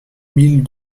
mille